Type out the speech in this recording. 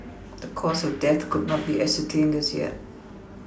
the cause of death could not be ascertained as yet